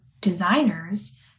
designers